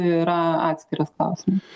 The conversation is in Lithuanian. yra atskiras klausimas